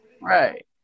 Right